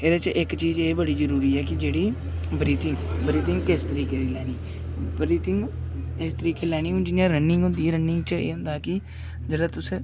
एह्दे च इक चीज एह् बड़ी जरूरी ऐ कि जेह्ड़ी ब्रीथिंग ब्रीथिंग किस तरीके दी लैनी ब्रीथिंग इस तरीके दी लैनी हून जि'यां रनिंग होंदी रनिंग च एह् होंदा कि जेल्लै तुस